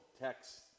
text